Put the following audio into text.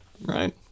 right